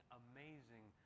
amazing